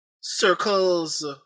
circles